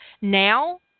Now